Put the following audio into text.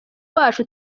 wacu